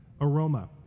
aroma